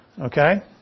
okay